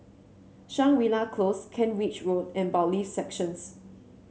Shangri La Close Kent Ridge Road and Bailiffs' Section